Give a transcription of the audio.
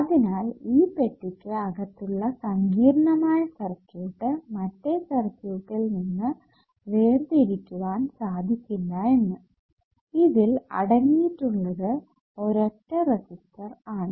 അതിനാൽ ഈ പെട്ടിക്കു അകത്തുള്ള സങ്കീർണ്ണമായ സർക്യൂട്ട് മറ്റേ സർക്യൂട്ടിൽ നിന്ന് വേർതിരിക്കുവാൻ സാധിക്കില്ല എന്ന് ഇതിൽ അടങ്ങിയിട്ടുള്ളത് ഒരൊറ്റ റെസിസ്റ്റർ ആണ്